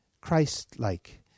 Christ-like